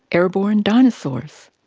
airborne dinosaurs.